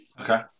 Okay